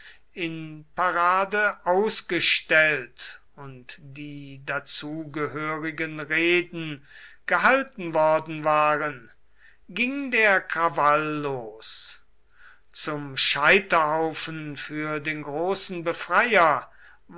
in parade ausgestellt und die dazu gehörigen reden gehalten worden waren ging der krawall los zum scheiterhaufen für den großen befreier